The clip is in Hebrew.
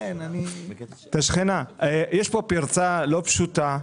יש פה פרצה לא פשוטה.